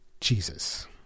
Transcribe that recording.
Jesus